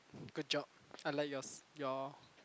good job I like yours your